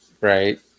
right